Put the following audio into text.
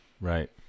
right